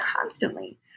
constantly